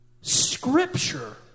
Scripture